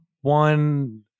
one